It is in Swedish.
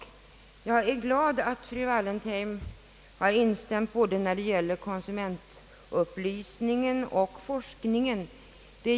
Jag är glad att fru Wallentheim har instämt både när det gäller konsumentupplysningen och forskningen.